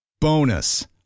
Bonus